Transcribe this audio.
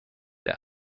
der